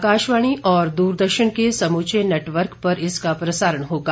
आकाशवाणी और दूरदर्शन के समूचे नटवर्क पर इसका प्रसारण होगा